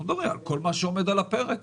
אנחנו מדברים על כל מה שעומד על הפרק,